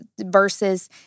verses